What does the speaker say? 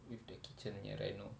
with the kitchen punya reno~